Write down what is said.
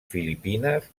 filipines